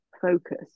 focus